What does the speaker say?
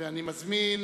ואני מזמין